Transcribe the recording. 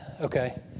Okay